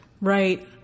right